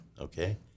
okay